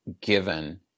given